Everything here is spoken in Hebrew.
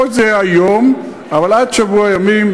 יכול להיות שזה יהיה היום, אבל עד שבוע ימים.